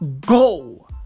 go